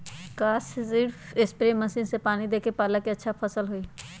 का सिर्फ spray machine से पानी देके पालक के अच्छा फसल होई?